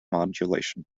modulation